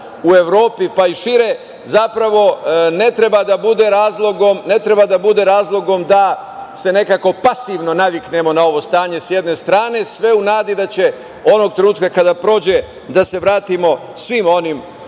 u Evropi, pa i šire, zapravo ne treba da bude razlogom da se nekako pasivno naviknemo na ovo stanje sa jedne strane, sve u nadi da će onog trenutka kada prođe, da se vratimo svim onim